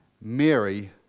Mary